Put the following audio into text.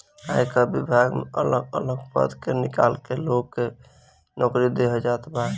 आयकर विभाग में अलग अलग पद निकाल के लोग के नोकरी देहल जात बा